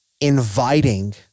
inviting